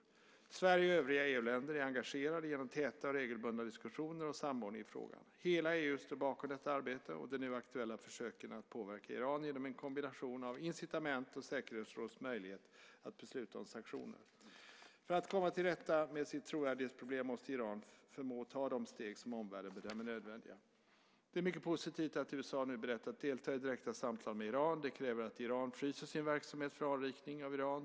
Sverige och övriga EU-länder är engagerade genom täta och regelbundna diskussioner och samordning i frågan. Hela EU står bakom detta arbete och de nu aktuella försöken att påverka Iran genom en kombination av incitament och säkerhetsrådets möjlighet att besluta om sanktioner. För att komma till rätta med sitt trovärdighetsproblem måste Iran förmås ta de steg som omvärlden bedömer nödvändiga. Det är mycket positivt att USA nu är berett att delta i direkta samtal med Iran. Detta kräver att Iran fryser sin verksamhet för anrikning av uran.